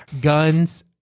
guns